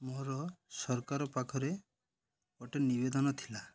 ମୋର ସରକାର ପାଖରେ ଗୋଟେ ନିବେଦନ ଥିଲା